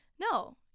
no